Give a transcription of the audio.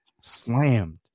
slammed